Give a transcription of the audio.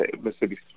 Mississippi